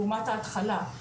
לעומת ההתחלה.